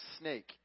snake